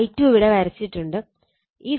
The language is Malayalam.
ഈ ഫേസർ ആണ് I2